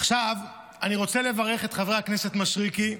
עכשיו אני רוצה לברך את חבר הכנסת מישרקי,